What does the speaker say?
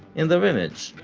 in their image,